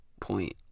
point